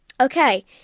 Okay